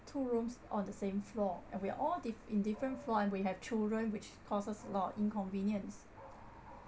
two rooms on the same floor and we all diff~ in different floor and we have children which causes a lot of inconvenience